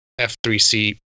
f3c